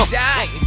die